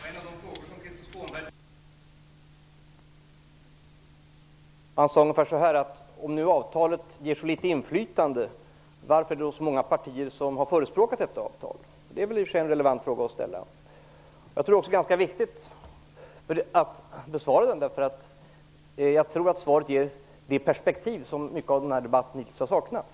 Fru talman! En av de frågor som Krister Skånberg tog upp är värd att upprepa. Han frågade: Om nu EES-avtalet ger så litet inflytande, varför är det då så många partier som har förespråkat detta avtal? Det är i och för sig en fråga som det är relevant att ställa. Jag tror också att det är ganska viktigt att besvara den, därför att svaret ger det perspektiv som debatten hittills har saknat.